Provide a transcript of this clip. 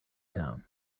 town